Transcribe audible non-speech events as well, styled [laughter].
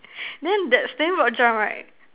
[breath] then that standing broad jump right